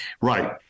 Right